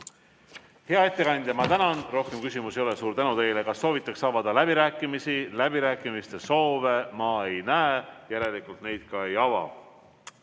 Hea ettekandja, ma tänan! Rohkem küsimusi ei ole. Suur tänu teile! Kas soovitakse avada läbirääkimisi? Läbirääkimiste soove ma ei näe, järelikult ma neid ka ei ava.